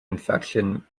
infection